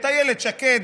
אילת שקד,